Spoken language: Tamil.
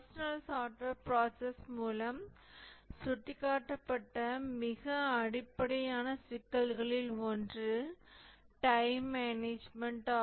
பர்சனல் சாஃப்ட்வேர் ப்ராசஸ் மூலம் சுட்டிக்காட்டப்பட்ட மிக அடிப்படையான சிக்கல்களில் ஒன்று டைம் மேனேஜ்மென்ட்time management